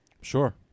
Sure